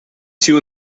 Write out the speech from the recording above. two